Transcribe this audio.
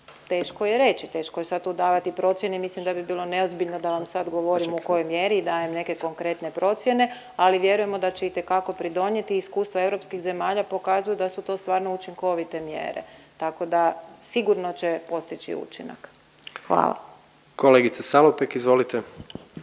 teško je reći, teško je sad tu davati procjene, mislim da bi bilo neozbiljno da vam sad govorim u kojoj mjeri i dajem neke konkretne procjene, ali vjerujemo da će itekako pridonijeti iskustva europskih zemalja pokazuju da su to stvarno učinkovite mjere, tako da, sigurno će postići učinak. Hvala. **Jandroković,